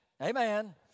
Amen